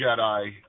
Jedi